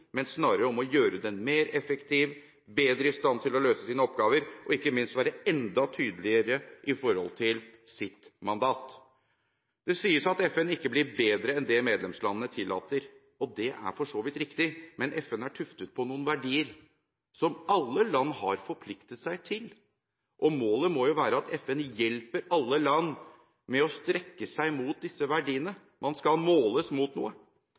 men snarere om å gjøre den mer effektiv, bedre i stand til å løse sine oppgaver og ikke minst være enda tydeligere i forhold til sitt mandat. Det sies at FN ikke blir bedre enn det medlemslandene tillater. Det er for så vidt riktig, men FN er tuftet på noen verdier som alle land har forpliktet seg på. Målet må være at FN hjelper alle land med å strekke seg mot disse verdiene – man skal måles mot noe.